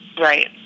Right